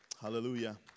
Hallelujah